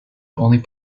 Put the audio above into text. only